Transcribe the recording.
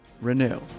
renew